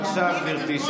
בבקשה, גברתי.